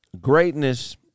greatness